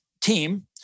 team